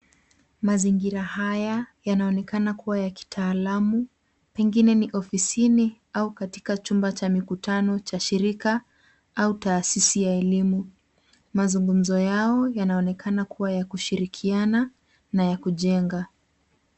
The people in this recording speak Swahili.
Mzingira haya yanaonekana kuwa ya kitaalamu, pengine ni ofisini au katika chumba cha mikutani cha shirika au taasisi ya elimu. Mazungumzo yao yanaonekana kuwa ya kushirikiana na ya kujenga.